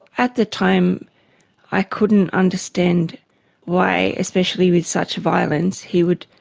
at the time i couldn't understand why, especially with such violence, he would